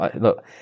look